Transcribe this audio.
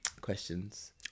questions